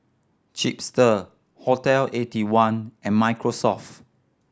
Chipster Hotel Eighty one and Microsoft